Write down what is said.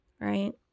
right